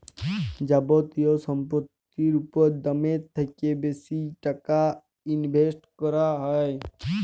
যাবতীয় সম্পত্তির উপর দামের থ্যাকে বেশি টাকা ইনভেস্ট ক্যরা হ্যয়